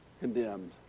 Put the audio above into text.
condemned